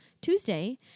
Tuesday